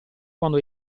quando